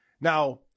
Now